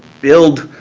build